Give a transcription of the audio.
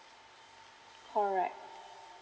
alright